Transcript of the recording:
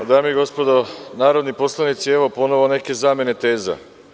Dame i gospodo narodni poslanici, evo ponovo neke zamene teza.